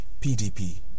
PDP